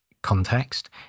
Context